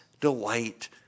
delight